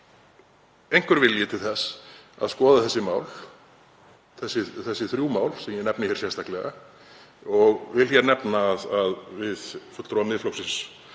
sé einhver vilji til þess að skoða þessi þrjú mál sem ég nefni hér sérstaklega og vil ég nefna að við fulltrúar Miðflokksins